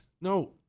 No